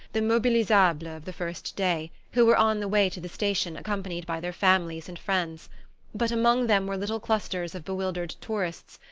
the mobilisables of the first day, who were on the way to the station accompanied by their families and friends but among them were little clusters of bewildered tourists,